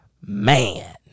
Man